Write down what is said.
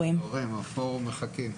תודה שרן, על הדיון, ומיכל, כמובן.